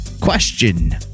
Question